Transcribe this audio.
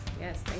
Yes